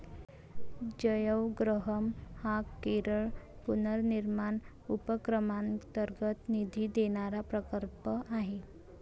जयवग्रहम हा केरळ पुनर्निर्माण उपक्रमांतर्गत निधी देणारा प्रकल्प आहे